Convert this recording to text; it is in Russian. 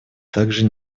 также